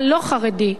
הלא-חרדי,